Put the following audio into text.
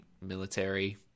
military